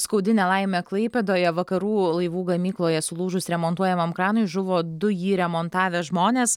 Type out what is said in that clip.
skaudi nelaimė klaipėdoje vakarų laivų gamykloje sulūžus remontuojamam kranui žuvo du jį remontavę žmonės